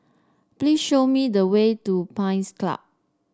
please show me the way to Pines Club